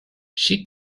she